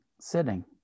sitting